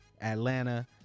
Atlanta